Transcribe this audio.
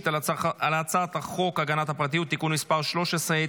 על הצעת חוק הגנת הפרטיות (תיקון מס' 13),